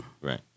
right